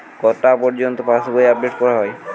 কটা পযর্ন্ত পাশবই আপ ডেট করা হয়?